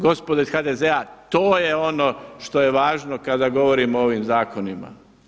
Gospodo iz HDZ-a to je ono što je važno kada govorimo o ovim zakonima.